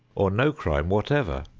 or no crime whatever.